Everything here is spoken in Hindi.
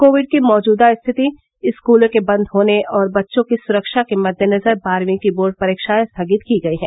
कोविड की मौजूदा स्थिति स्कूलों के बंद होने और बच्चों की सुरक्षा के मद्देनजर बारहवीं की बोर्ड परीक्षाएं स्थगित की गई है